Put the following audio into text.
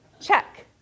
Check